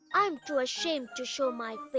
i'm too ashamed to show my face.